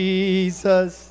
Jesus